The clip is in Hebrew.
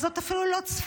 אז זאת אפילו לא צפרדע.